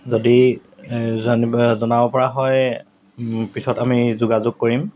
যদি জনাবপৰা হয় পিছত আমি যোগাযোগ কৰিম